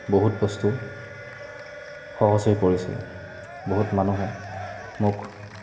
বহুত বস্তু সহজ হৈ পৰিছে বহুত মানুহে মোক